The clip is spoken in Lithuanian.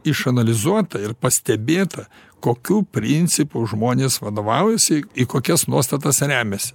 išanalizuota ir pastebėta kokiu principu žmonės vadovaujasi į kokias nuostatas remiasi